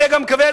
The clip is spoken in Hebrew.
אני מקווה,